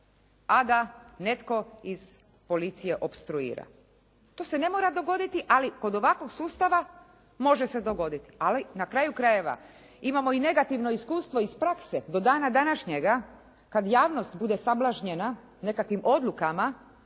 a da netko iz policije opstruira. To se ne mora dogoditi ali kod ovakvog sustava može se dogoditi. Ali na kraju krajeva imamo i negativno iskustvo iz prakse. Do dana današnjega kad javnost bude sablažnjena nekakvim odlukama